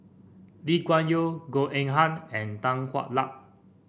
Lee Kuan Yew Goh Eng Han and Tan Hwa Luck